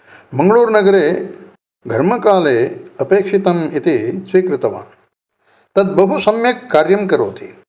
मङ्गलूर् नगरे घर्मकाले अपेक्षितमिति स्वीकृतवान् तत् बहु सम्यक् कार्यं करोति